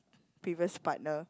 previous partner